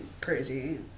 crazy